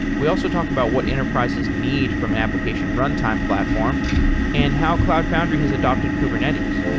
we also talk about what enterprises need from application runtime platform and how cloud foundry has adapted kubernetes